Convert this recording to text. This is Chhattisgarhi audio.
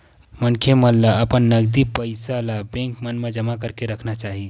मनखे मन ल अपन नगदी पइया ल बेंक मन म जमा करके राखना चाही